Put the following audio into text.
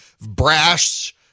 brash